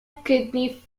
kidney